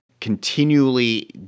continually